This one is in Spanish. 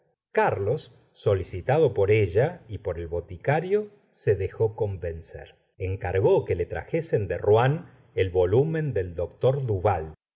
carlos solicitado por ella y por el boticario se dejó convencer encargó que le trajesen de rouen el volúmen del doctor duval